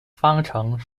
方程